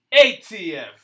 ATF